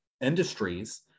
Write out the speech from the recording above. industries